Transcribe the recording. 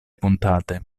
puntate